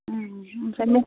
ओमफ्राय